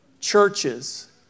churches